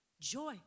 joy